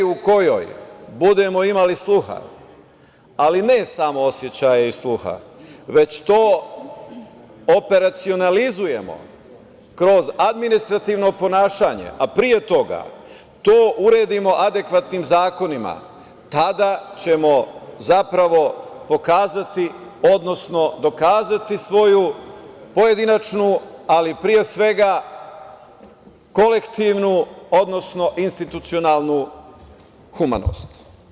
U meri u kojoj budemo imali sluha, ali ne samo osećaj sluha, već to operacionalizujemo kroz administrativno ponašanje, a pre toga to uredimo adekvatnim zakonima, tada ćemo pokazati, odnosno dokazati svoju pojedinačnu, ali pre svega kolektivnu, odnosno institucionalnu humanost.